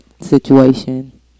situation